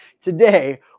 Today